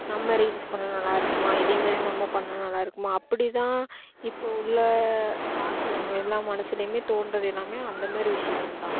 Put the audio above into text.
நம்ம ரீல்ஸ் பண்ணுனா நல்லா இருக்குதுமா இதேமாரி நம்ம பண்ணிணா நல்லா இருக்குதுமா அப்படி தான் இப்போ உள்ள பார்க்குறவங்க எல்லா மனசுலேயுமே தோன்றது எல்லாம் அந்தமாதிரி விஷயங்கள் தான்